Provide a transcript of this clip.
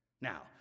Now